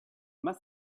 must